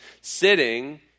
sitting